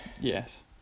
Yes